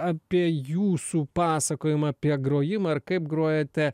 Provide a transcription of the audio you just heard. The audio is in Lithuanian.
apie jūsų pasakojimą apie grojimą ir kaip grojate